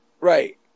Right